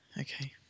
Okay